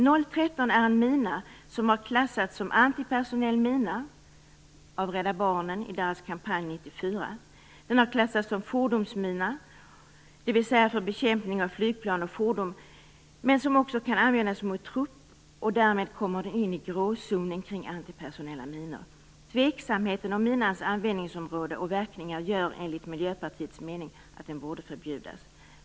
Mina 013 är en mina som av Rädda Barnen i dess kampanj 1994 har klassats både som en antipersonell mina och som en fordonsmina - dvs. för bekämpning av flygplan och fordon, men den kan också användas mot trupp och kommer därmed in i gråzonen när det gäller antipersonella minor. Tveksamheten kring minans användningsområde och verkningar gör, menar vi i Miljöpartiet, att den borde förbjudas.